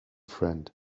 friend